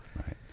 Right